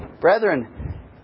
Brethren